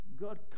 God